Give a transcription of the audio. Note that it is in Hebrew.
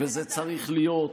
וזה צריך להיות,